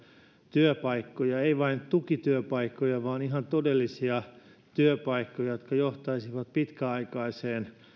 työpaikkoja ei vain tukityöpaikkoja vaan ihan todellisia työpaikkoja jotka johtaisivat pitkäaikaiseen